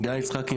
גיא יצחקי,